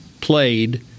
played